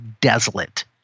desolate